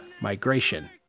Migration